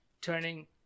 turning